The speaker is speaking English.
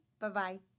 Bye-bye